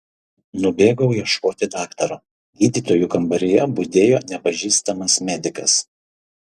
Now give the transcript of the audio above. nubėgau ieškoti daktaro gydytojų kambaryje budėjo nepažįstamas medikas